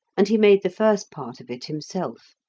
and he made the first part of it himself.